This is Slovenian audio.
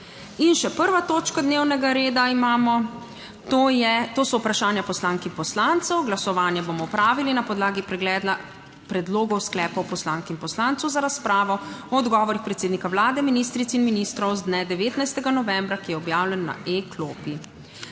In še 1. točka dnevnega reda imamo, to so vprašanja poslank in poslancev. Glasovanje bomo opravili na podlagi pregleda predlogov sklepov poslank in poslancev za razpravo o odgovorih predsednika Vlade, ministric in ministrov z dne 19. novembra, ki je objavljen na e-klopi.